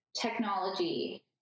technology